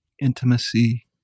intimacy